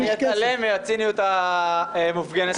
אתעלם מן הציניות המופגנת.